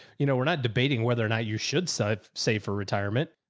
you know, we're not debating whether or not you should cite. save for retirement.